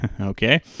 okay